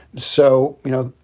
so, you know,